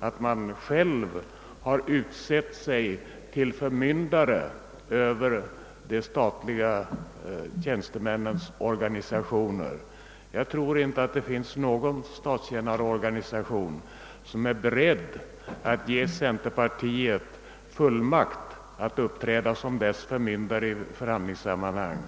att man själv har utsett sig till förmyndare över de statliga tjänstemännens organisationer. Jag tror inte det finns någon statstjänarorganisation, som är beredd att ge centerpartiet fullmakt att uppträda som dess förmyndare i förhandlingssammanhang.